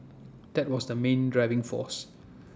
that was the main driving force